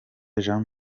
jean